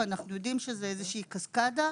ואנחנו יודעים שזו איזושהי קסקדה,